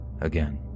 again